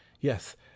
Yes